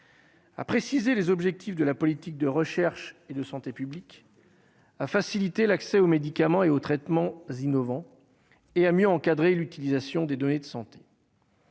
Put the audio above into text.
a précisé les objectifs de la politique de recherche et de santé publique à faciliter l'accès aux médicaments et aux traitements innovants et à mieux encadrer l'utilisation des données de santé.